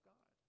God